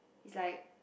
is like